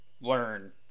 learn